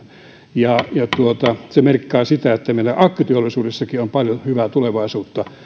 ja se merkkaa sitä että meillä akkuteollisuudessakin on paljon hyvää tulevaisuutta